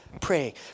pray